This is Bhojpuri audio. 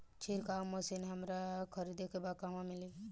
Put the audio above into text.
छिरकाव मशिन हमरा खरीदे के बा कहवा मिली?